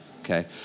okay